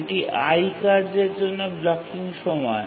এটি i কার্যের জন্য ব্লকিং সময়